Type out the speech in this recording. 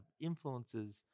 influences